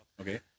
okay